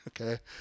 okay